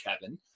Kevin